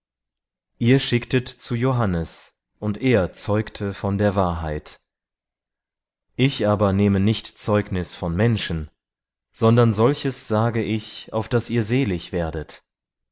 ihr schicktet zu johannes und er zeugte von der wahrheit ich aber nehme nicht zeugnis von menschen sondern solches sage ich auf daß ihr selig werdet